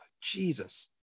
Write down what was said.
Jesus